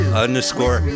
underscore